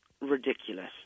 ridiculous